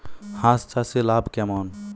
হাঁস চাষে লাভ কেমন?